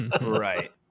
Right